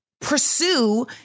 pursue